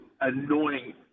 annoying